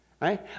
right